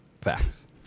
facts